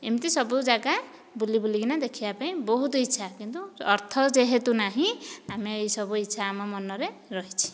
ଏମିତି ସବୁ ଜାଗା ବୁଲି ବୁଲି କିନା ଦେଖିବା ପାଇଁ ବହୁତ ଇଚ୍ଛା କିନ୍ତୁ ଅର୍ଥ ଯେହେତୁ ନାହିଁ ଆମେ ଏହି ସବୁ ଇଚ୍ଛା ଆମ ମନରେ ରହିଛି